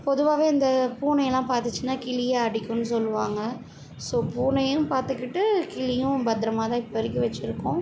பொதுவாகவே இந்த பூனையெல்லாம் பார்த்துச்சினா கிளியை அடிக்கும்னு சொல்வாங்க ஸோ பூனையையும் பார்த்துக்கிட்டு கிளியையும் பத்திரமாதான் இப்போ வரைக்கும் வைச்சிருக்கோம்